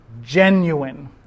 genuine